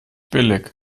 billig